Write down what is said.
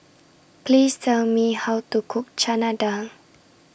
Please Tell Me How to Cook Chana Dal